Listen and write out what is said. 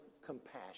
compassion